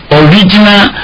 original